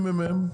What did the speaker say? הוא לא ממש נכון.